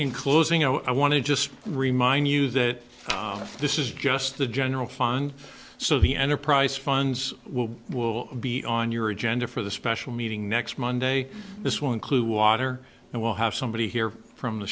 closing i want to just remind you that this is just the general fund so the enterprise funds will be on your agenda for the special meeting next monday this will include water and we'll have somebody here from the